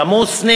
גם הוא סניף